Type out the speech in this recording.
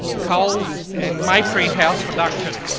coles and maitree house productions.